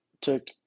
took